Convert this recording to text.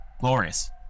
glorious